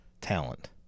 talent